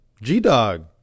G-Dog